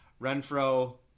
Renfro